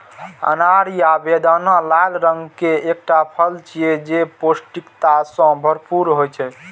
अनार या बेदाना लाल रंग के एकटा फल छियै, जे पौष्टिकता सं भरपूर होइ छै